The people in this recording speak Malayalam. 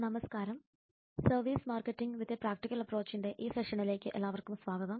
നമസ്കാരം service marketing with a practical അപ്പ്രോച്ചിന്റെ ഈ സെഷനിലേയ്ക്ക് എല്ലാവർക്കും സ്വാഗതം